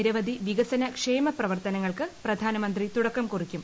നിരവധി വികസന ക്ഷേമ പ്രവർത്തനങ്ങൾക്ക് പ്രധാനമന്ത്രി തുടക്കം കുറിക്കും